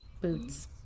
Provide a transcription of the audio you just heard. Boots